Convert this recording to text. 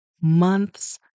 months